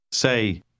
Say